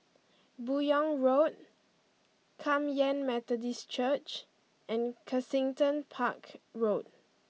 Buyong Road Kum Yan Methodist Church and Kensington Park Road